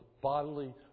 bodily